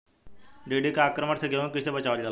टिडी दल के आक्रमण से गेहूँ के कइसे बचावल जाला?